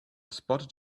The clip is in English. spotted